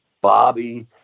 Bobby